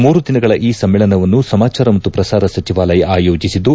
ಮೂರು ದಿನಗಳ ಈ ಸಮ್ನೇಳನವನ್ನು ಸಮಾಚಾರ ಮತ್ತು ಪ್ರಸಾರ ಸಚಿವಾಲಯ ಆಯೋಜಿಸಿದ್ದು